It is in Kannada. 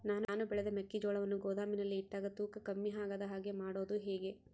ನಾನು ಬೆಳೆದ ಮೆಕ್ಕಿಜೋಳವನ್ನು ಗೋದಾಮಿನಲ್ಲಿ ಇಟ್ಟಾಗ ತೂಕ ಕಮ್ಮಿ ಆಗದ ಹಾಗೆ ಮಾಡೋದು ಹೇಗೆ?